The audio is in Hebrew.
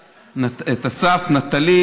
רבותיי,